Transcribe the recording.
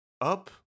up